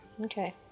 Okay